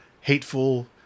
hateful